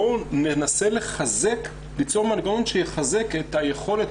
בואו ננסה למצוא מנגנון שיחזק את יכולת